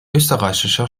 österreichischer